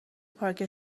پارک